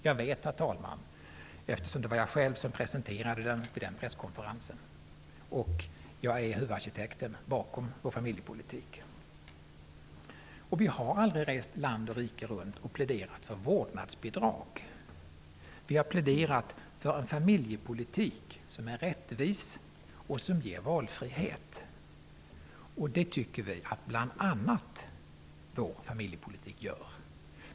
Jag vet det, herr talman, eftersom det var jag själv som presenterade den på presskonferensen och det är jag som är huvudarkitekten bakom vår familjepolitik. Vi har vidare aldrig rest land och rike runt och pläderat för vårdnadsbidrag. Vi har pläderat för en familjepolitik som är rättvis och som ger valfrihet, och det tycker vi att bl.a. vår familjepolitik gör.